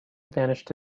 vanished